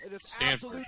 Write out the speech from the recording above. Stanford